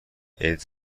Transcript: ایدز